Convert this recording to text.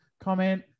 comment